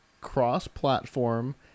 cross-platform